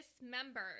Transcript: dismembered